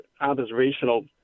observational